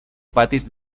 patis